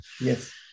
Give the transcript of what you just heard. Yes